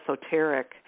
esoteric